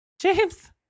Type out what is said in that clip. James